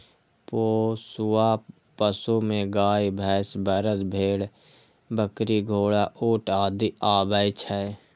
पोसुआ पशु मे गाय, भैंस, बरद, भेड़, बकरी, घोड़ा, ऊंट आदि आबै छै